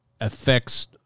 affects